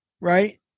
right